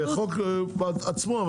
בחוק עצמו.